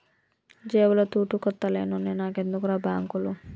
జేబుల తూటుకొత్త లేనోన్ని నాకెందుకుర్రా బాంకులు